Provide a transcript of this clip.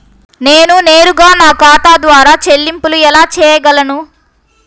నేను నేరుగా నా ఖాతా ద్వారా చెల్లింపులు ఎలా చేయగలను?